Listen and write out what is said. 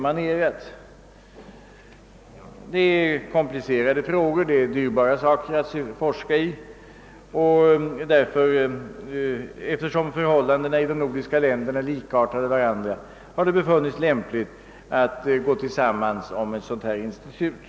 Det gäller komplicerade frågor, det är dyrbart att forska på området, och eftersom förhållandena i de nordiska länderna är så likartade har det befunnits lämpligt att länderna går samman om ett sådant här institut.